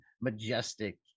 majestic